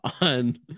on